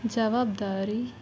ಜವಾಬ್ದಾರಿ